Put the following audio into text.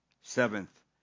Seventh